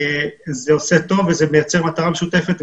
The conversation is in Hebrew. זה עושה טוב וזה מייצר מטרה משותפת.